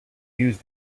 use